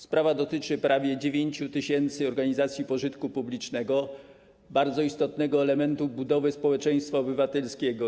Sprawa dotyczy prawie 9 tys. organizacji pożytku publicznego - bardzo istotnego elementu budowy społeczeństwa obywatelskiego.